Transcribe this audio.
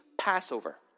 Passover